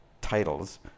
titles